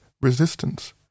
resistance